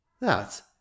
That